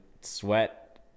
sweat